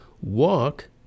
walk